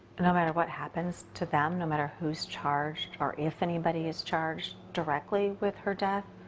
no matter what happens to them, no matter who's charged or if anybody is charged directly with her death,